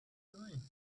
doing